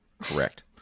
Correct